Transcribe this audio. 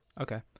Okay